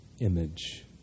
image